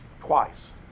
twice